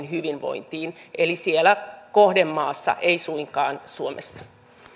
hyvinvointiin siellä kohdemaassa ei suinkaan suomessa